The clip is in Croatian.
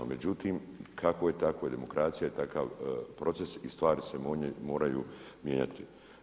Međutim, kako je tako, demokracija je takav proces i stvari se moraju mijenjati.